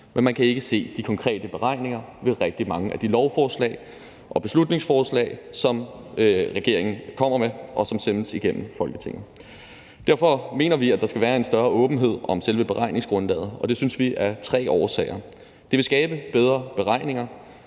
men man kan ikke se de konkrete beregninger ved rigtig mange af de lovforslag og beslutningsforslag, som regeringen kommer med, og som sendes igennem Folketinget. Derfor mener vi, at der skal være en større åbenhed om selve beregningsgrundlaget, og det synes vi af tre årsager. For det første vil det skabe bedre beregninger.